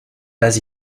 pas